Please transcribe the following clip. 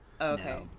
okay